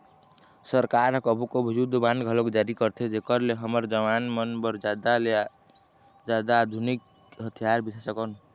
सरकार ह कभू कभू युद्ध बांड घलोक जारी करथे जेखर ले हमर जवान मन बर जादा ले जादा आधुनिक हथियार बिसा सकन